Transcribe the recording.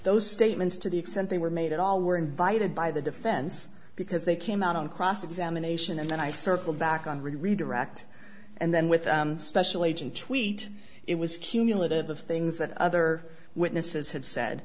those statements to the extent they were made at all were invited by the defense because they came out on cross examination and then i circled back on redirect and then with a special agent tweet it was cumulative of things that other witnesses had said